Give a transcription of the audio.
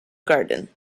garden